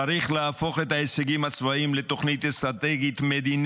צריך להפוך את ההישגים הצבאיים לתוכנית אסטרטגית-מדינית,